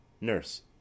Nurse